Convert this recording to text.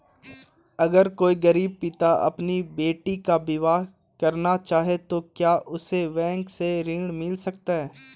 अगर कोई गरीब पिता अपनी बेटी का विवाह करना चाहे तो क्या उसे बैंक से ऋण मिल सकता है?